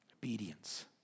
Obedience